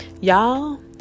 Y'all